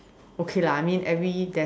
okay lah I mean every there's